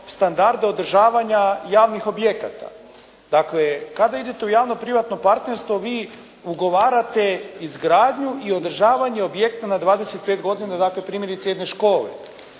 standarde održavanja javnih objekata. Dakle, kada idete u javno-privatno partnerstvo vi ugovarate izgradnju i održavanje objekta na 25 godina. Dakle, primjerice jedne škole,